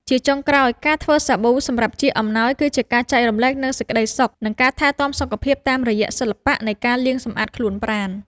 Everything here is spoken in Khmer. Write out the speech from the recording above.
ជាចុងក្រោយ ការធ្វើសាប៊ូសម្រាប់ជាអំណោយគឺជាការចែករំលែកនូវសេចក្តីសុខ និងការថែទាំសុខភាពតាមរយៈសិល្បៈនៃការលាងសម្អាតខ្លួនប្រាណ។